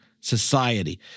society